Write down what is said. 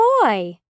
boy